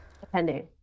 Depending